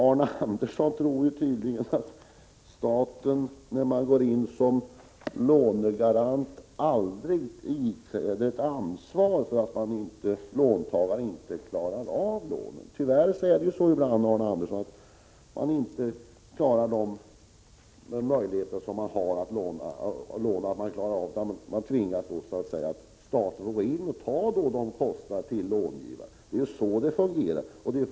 Arne Andersson i Ljung tror tydligen att staten som lånegarant aldrig behöver ta sitt ansvar när låntagaren inte klarar av att betala lånen. Tyvärr är det ibland så, Arne Andersson, att låntagaren inte klarar återbetalningen av lånen utan staten tvingas ta på sig den kostnaden. Det är så det fungerar.